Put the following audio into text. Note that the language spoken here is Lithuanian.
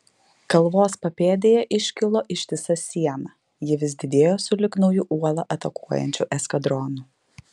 kalvos papėdėje iškilo ištisa siena ji vis didėjo sulig nauju uolą atakuojančiu eskadronu